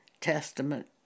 Testament